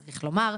צריך לומר.